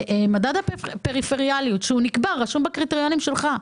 מדד הפריפריאליות שנקבע, רשום בקריטריונים שלך,